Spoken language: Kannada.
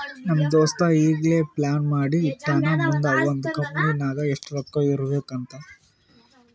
ನಮ್ ದೋಸ್ತ ಈಗೆ ಪ್ಲಾನ್ ಮಾಡಿ ಇಟ್ಟಾನ್ ಮುಂದ್ ಅವಂದ್ ಕಂಪನಿ ನಾಗ್ ಎಷ್ಟ ರೊಕ್ಕಾ ಇರ್ಬೇಕ್ ಅಂತ್